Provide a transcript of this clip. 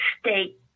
state